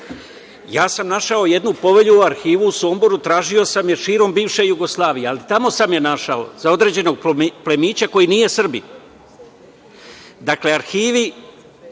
Ja sam našao jednu povelju u arhivu u Somboru, tražio sam je širom bivše Jugoslavije, ali tamo sam je našao, za određenog plemića koji nije Srbin. Dakle, arhivi